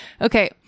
Okay